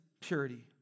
purity